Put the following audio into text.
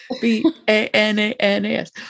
b-a-n-a-n-a-s